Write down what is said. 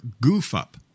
goof-up